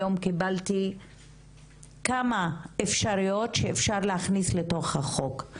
היום קיבלתי כמה אפשרויות שאפשר להכניס לתוך החוק,